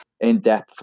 in-depth